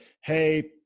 Hey